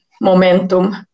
momentum